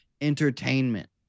entertainment